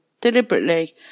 deliberately